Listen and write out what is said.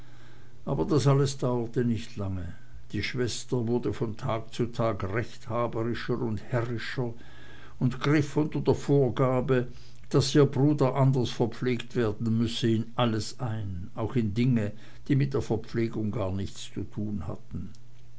aber das alles dauerte nicht lange die schwester wurde von tag zu tag rechthaberischer und herrischer und griff unter der vorgabe daß ihr bruder anders verpflegt werden müsse in alles ein auch in dinge die mit der verpflegung gar nichts zu tun hatten